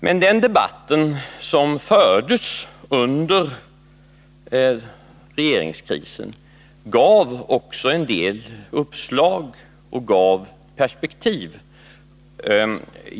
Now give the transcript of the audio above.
Men den debatt som fördes under regeringskrisen gav också en del uppslag och perspektiv.